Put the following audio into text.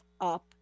up